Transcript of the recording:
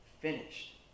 finished